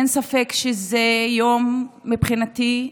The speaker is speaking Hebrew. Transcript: אין ספק שזה יום עצוב מבחינתי,